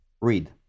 read